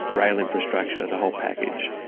rail infrastructure, the whole package,